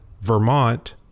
Vermont